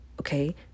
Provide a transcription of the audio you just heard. Okay